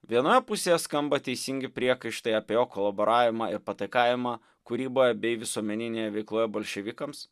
vienoje pusėje skamba teisingi priekaištai apie jo kolaboravimą ir pataikavimą kūryboje bei visuomeninėje veikloje bolševikams